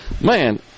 man